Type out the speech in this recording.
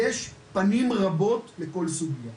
יש פנים רבות לכל סוגייה.